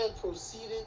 proceeded